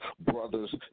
brothers